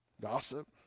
Gossip